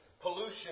pollution